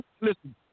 Listen